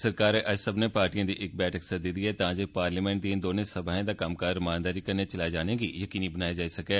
सरकारै अज्ज सब्बनें पार्टिए दी मीटिंग सद्दी दी ऐ तां जे पार्लियामेंट दिए दौने सभए दा कम्मकार रमानदारी कन्नै चलाए जाने गी यकीनी बनाया जाई सकै